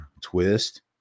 twist